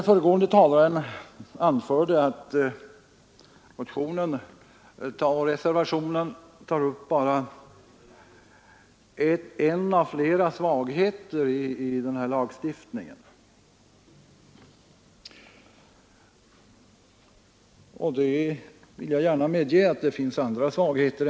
Föregående talare anförde att motionen och reservationen tar upp bara en av flera svagheter i denna lagstiftning, och jag skall gärna medge att det också finns andra svagheter.